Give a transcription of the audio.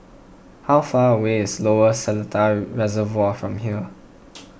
how far away is Lower Seletar Reservoir from here